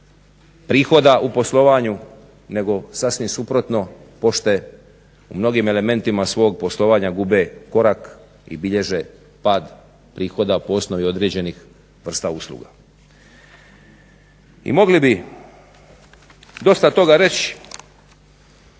prihoda u poslovanju nego sasvim suprotno pošte u mnogim elementima svog poslovanja gube korak i bilježe pad prihoda po osnovi određenih vrsta usluga. I mogli bi dosta toga reći